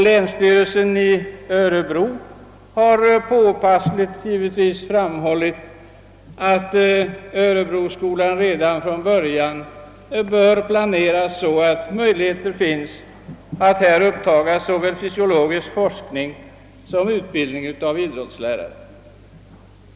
Länsstyrelsen i Örebro har påpassligt framhållit att örebroskolan redan från början bör planeras så, att möjligheter finns att här upptaga såväl fysiologisk forskning som utbildning av idrottslärare.